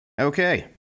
Okay